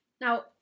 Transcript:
Now